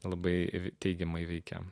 labai teigiamai veikia